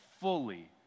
fully